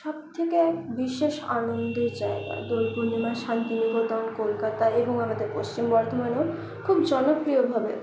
সব থেকে বিশেষ আনন্দের জায়গা দোল পূর্ণিমা শান্তিনিকেতন কলকাতা এবং আমাদের পশ্চিম বর্ধমানেও খুব জনপ্রিয়ভাবে